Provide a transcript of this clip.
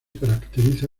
caracteriza